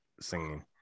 singing